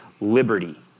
liberty